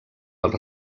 els